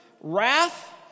wrath